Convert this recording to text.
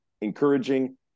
encouraging